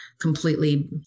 completely